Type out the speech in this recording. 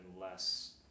less